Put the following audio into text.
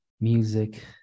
music